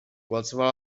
qualsevol